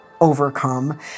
overcome